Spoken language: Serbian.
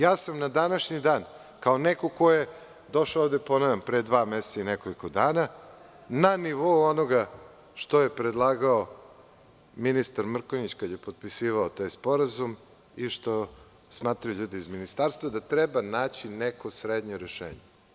Ja sam na današnji dan kao neko ko je došao ovde pre dva meseca i nekoliko dana, na nivou onoga što je predlagao ministar Mrkonjić kada je potpisivao taj sporazum i što smatraju ljudi iz ministarstva da treba naći neposrednije rešenje.